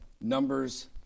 numbers